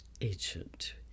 agent